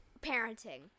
parenting